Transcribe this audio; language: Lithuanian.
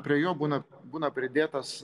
prie jo būna būna pridėtas